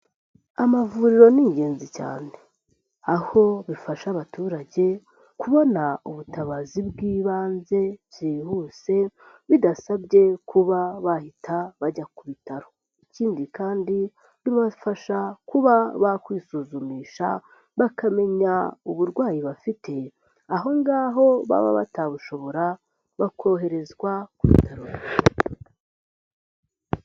Amavuriro ni ingenzi cyane aho bifasha abaturage kubona ubutabazi bw'ibanze byihuse bidasabye kuba bahita bajya ku bitaro. Ikindi kandi bibafasha kuba bakwisuzumisha bakamenya uburwayi bafite, aho ngaho baba batabushobora bakoherezwa ku bitarura.